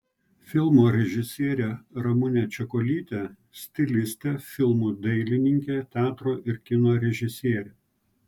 filmo režisierė ramunė čekuolytė stilistė filmų dailininkė teatro ir kino režisierė